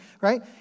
right